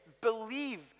believe